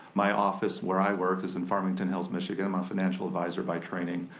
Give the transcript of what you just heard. my office where i work is in farmington hills, michigan. i'm a financial advisor by training,